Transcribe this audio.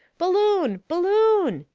balloon! balloon!